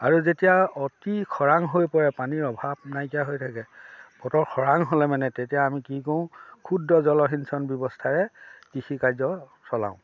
আৰু যেতিয়া অতি খৰাং হৈ পৰে পানীৰ অভাৱ নাইকিয়া হৈ থাকে বতৰ খৰাং হ'লে মানে তেতিয়া আমি কি কৰোঁ ক্ষুদ্ৰ জলসিঞ্চন ব্যৱস্থাৰে কৃষিকাৰ্য চলাওঁ